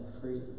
free